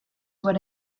what